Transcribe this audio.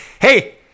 Hey